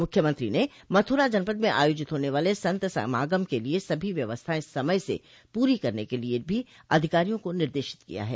मुख्यमंत्री ने मथुरा जनपद में आयोजित होने वाले संत समागम के लिये सभी व्यवस्थाएं समय से पूरी करने के लिये भी अधिकारियों को निर्देशित किया है